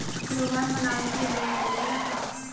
त्योहार मनावे के लोन मिलेला का?